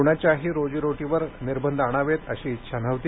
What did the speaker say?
कुणाच्याही रोजी रोटीवर निर्बंध आणावेत अशी इच्छा नव्हती